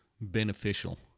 beneficial